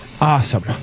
Awesome